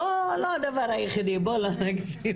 לא, לא הדבר היחידי, בואי לא נגזים.